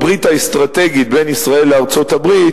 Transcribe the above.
הברית האסטרטגית בין ישראל לארצות-הברית,